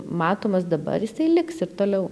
matomas dabar jisai liks ir toliau